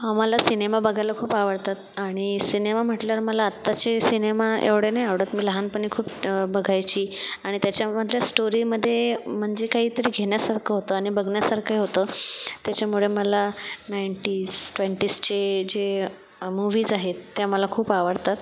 आम्हाला सिनेमा बघायला खूप आवडतात आणि सिनेमा म्हटल्यावर मला आत्ताचे सिनेमा एवढे नाही आवडत मी लहानपणी खूप बघायची आणि त्याच्यामधल्या स्टोरीमध्ये म्हणजे काहीतरी घेण्यासारखं होतं आणि बघण्यासारखंही होतं त्याच्यामुळे मला नाईंटीज ट्वेंटीजचे जे मूवीज आहेत त्या मला खूप आवडतात